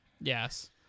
Yes